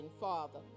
Father